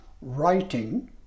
writing